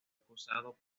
acusado